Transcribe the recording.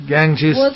Ganges